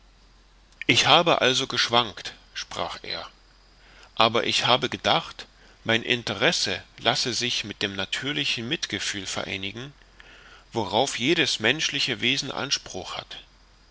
ich habe also geschwankt sprach er aber ich habe gedacht mein interesse lasse sich mit dem natürlichen mitgefühl vereinigen worauf jedes menschliche wesen anspruch hat